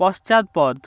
পশ্চাৎপদ